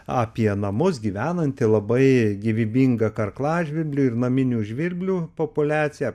apie namus gyvenanti labai gyvybinga karklažvirblio ir naminių žvirblių populiacija